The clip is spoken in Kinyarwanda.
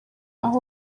aho